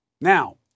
Now